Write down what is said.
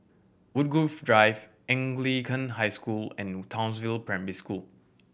Woodgrove View Anglican High School and Townsville Primary School